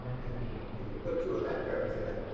and if you put two electrodes in,